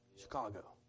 Chicago